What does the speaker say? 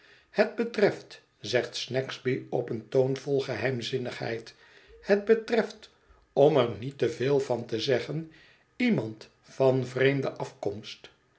het betreft zegt snagsby op een toon vol geheimzinnigheid het betreft om er niet te veel van te zeggen iemand van vreemde afkomst